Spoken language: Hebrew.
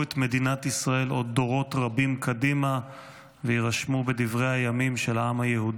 מדינת ישראל עוד דורות רבים קדימה ויירשמו בדברי הימים של העם היהודי.